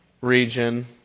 region